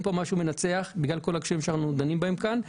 משהו מנצח בגלל כל הקשיים עליהם אנחנו דנים כאן.